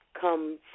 come